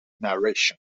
narration